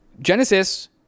Genesis